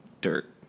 Dirt